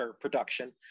production